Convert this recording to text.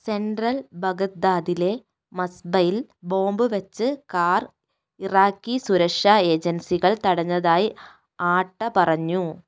central ബഗദ്ദാലിലെ മസ്ബയിൽ bomb വെച്ച് കാർ ഇറാഖി സുരക്ഷാ ഏജൻസികൾ തടഞ്ഞതായി ആട്ട പറഞ്ഞു